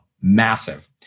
massive